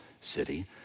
city